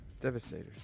Devastator